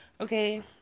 okay